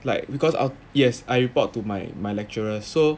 like because I'll yes I report to my my lecturer so